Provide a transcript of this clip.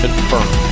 Confirmed